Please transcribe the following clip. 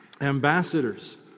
Ambassadors